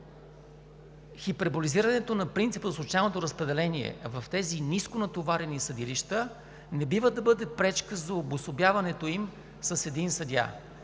Хиперболизирането на принципа за случайното разпределение в тези ниско натоварени съдилища не бива да бъде пречка за обособяването им с един съдия.